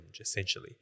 essentially